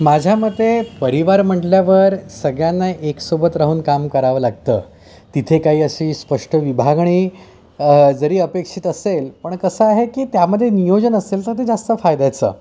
माझ्यामते परिवार म्हटल्यावर सगळ्यांना एकसोबत राहून काम करावं लागतं तिथे काही अशी स्पष्ट विभागणी जरी अपेक्षित असेल पण कसं आहे की त्यामध्ये नियोजन असेल तर ते जास्त फायद्यायचं